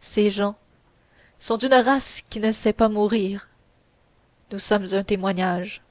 ces gens sont d'une race qui ne sait pas mourir nous sommes un témoignage